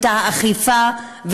את האכיפה,